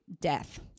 death